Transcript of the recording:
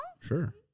Sure